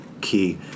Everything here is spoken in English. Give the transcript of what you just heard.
key